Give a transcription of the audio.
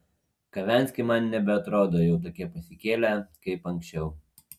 kavenski man nebeatrodo jau tokie pasikėlę kaip anksčiau